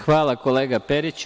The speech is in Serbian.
Hvala kolega Periću.